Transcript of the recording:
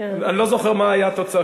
אני לא זוכר מה היו התוצאות,